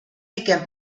pigem